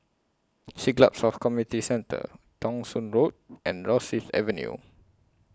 Siglap South Community Centre Thong Soon Road and Rosyth Avenue